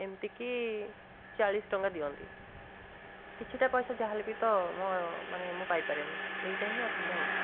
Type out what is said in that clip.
ଏମିତିକି ଚାଳିଶ ଟଙ୍କା ଦିଅନ୍ତି କିଛିଟା ପଇସା ଯାହା ହେଲେ ବି ତ ମୁଁ ମାନେ ମୁଁ ପାଇ ପାରେନି ଏଇଟା ହିଁ ଅସୁବିଧା ହେଉଛି